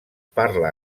parla